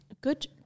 Good